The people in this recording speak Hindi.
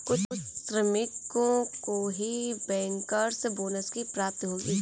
कुछ श्रमिकों को ही बैंकर्स बोनस की प्राप्ति होगी